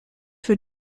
für